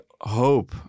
hope